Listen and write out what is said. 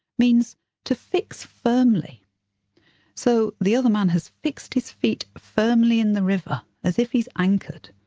means to fix firmly so the other man has fixed his feet firmly in the river, as if he's anchored.